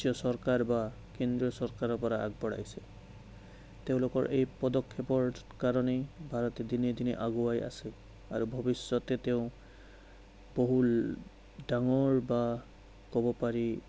ৰাজ্য চৰকাৰ বা কেন্দ্ৰীয় চৰকাৰৰপৰা আগবঢ়াইছে তেওঁলোকৰ এই পদক্ষেপৰ কাৰণেই ভাৰতে দিনে দিনে আগুৱাই আছে আৰু ভৱিষ্যতে তেওঁ বহু ডাঙৰ বা ক'ব পাৰি